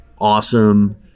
awesome